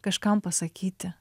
kažkam pasakyti